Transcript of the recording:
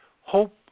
hope